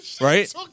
Right